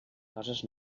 coses